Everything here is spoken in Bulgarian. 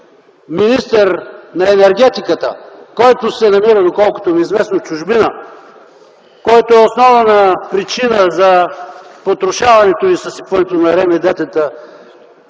министър на енергетиката, който се намира доколкото ми е известно в чужбина, който е основна причина за потрошаването и съсипването на РМД-та